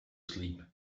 sleep